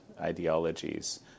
ideologies